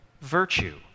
virtue